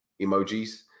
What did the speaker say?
emojis